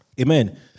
Amen